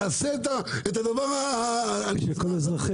תעשה את הדבר ה- -- בשביל כל אזרחי